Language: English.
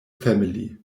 family